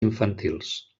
infantils